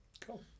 cool